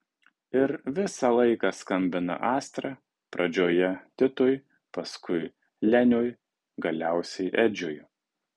ir visą laiką skambina astra pradžioje titui paskui leniui galiausiai edžiui